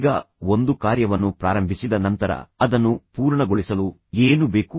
ಈಗ ಒಂದು ಕಾರ್ಯವನ್ನು ಪ್ರಾರಂಭಿಸಿದ ನಂತರ ಅದನ್ನು ಪೂರ್ಣಗೊಳಿಸಲು ಏನು ಬೇಕು